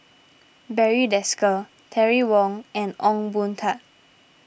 Barry Desker Terry Wong and Ong Boon Tat